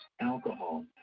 alcohol